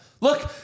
Look